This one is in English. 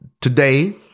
Today